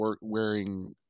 wearing